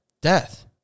Death